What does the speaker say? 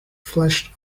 flushed